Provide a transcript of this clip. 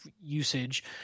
usage